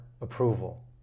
approval